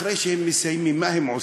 אחרי שהם מסיימים, מה הם עושים?